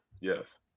Yes